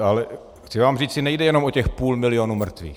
Ale chci vám říci, nejde jenom o těch půl milionu mrtvých.